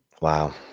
Wow